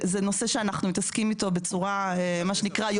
זה נושא שאנחנו מתעסקים איתו בצורה יום-יומית.